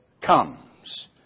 comes